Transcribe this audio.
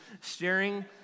staring